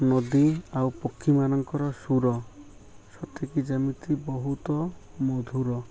ନଦୀ ଆଉ ପକ୍ଷୀମାନଙ୍କର ସୁର ସତିକି ଯେମିତି ବହୁତ ମଧୁର